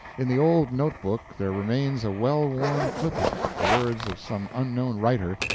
in the old notebook there remains a well-worn clipping, the words of some unknown writer,